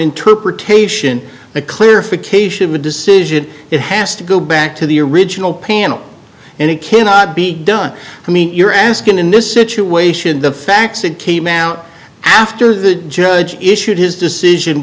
interpretation a clarification the decision it has to go back to the original panel and it cannot be done i mean you're asking in this situation the facts it came out after the judge issued his decision